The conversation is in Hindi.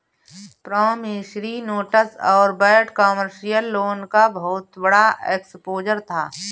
प्रॉमिसरी नोट्स और बैड कमर्शियल लोन का बहुत बड़ा एक्सपोजर था